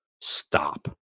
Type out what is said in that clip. stop